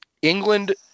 England